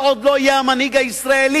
וכל עוד לא יהיה המנהיג הישראלי,